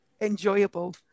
enjoyable